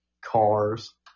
Cars